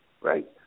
right